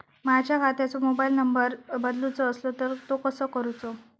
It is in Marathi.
माझ्या खात्याचो मोबाईल नंबर बदलुचो असलो तर तो कसो करूचो?